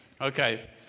Okay